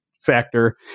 factor